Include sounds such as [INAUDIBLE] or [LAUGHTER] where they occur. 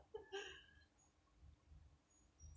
[LAUGHS]